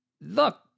Look